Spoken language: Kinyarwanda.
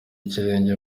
ikirenge